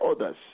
others